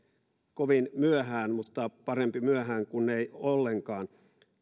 kovin myöhään mutta parempi myöhään kuin ei ollenkaan